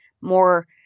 more